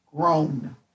Grown